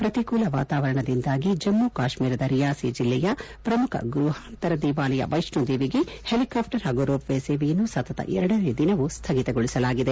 ಪ್ರತಿಕೂಲ ವಾತಾವರಣದಿಂದಾಗಿ ಜಮ್ಮ ಕಾಶ್ಮೀರದ ರಿಯಾಸಿ ಜೆಲ್ಲೆಯ ಪ್ರಮುಖ ಗುಹಾಂತರ ದೇವಾಲಯ ವೈಷ್ಣೋದೇವಿಗೆ ಹೆಲಿಕಾಪ್ಟರ್ ಹಾಗೂ ರೋಪ್ ವೇ ಸೇವೆಯನ್ನು ಸತತ ಎರಡನೇ ದಿನವೂ ಸ್ಥಗಿತಗೊಳಿಸಲಾಗಿದೆ